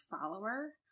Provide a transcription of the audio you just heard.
follower